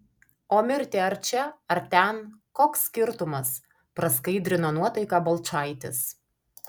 o mirti ar čia ar ten koks skirtumas praskaidrino nuotaiką balčaitis